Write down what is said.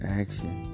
action